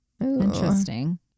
Interesting